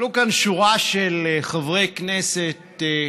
עלו כאן שורה של חברי הכנסת.